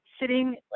sitting